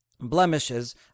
blemishes